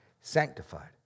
sanctified